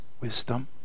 wisdom